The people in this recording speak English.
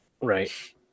right